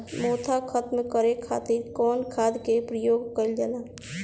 मोथा खत्म करे खातीर कउन खाद के प्रयोग कइल जाला?